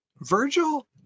Virgil